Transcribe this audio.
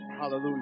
Hallelujah